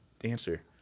answer